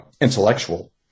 intellectual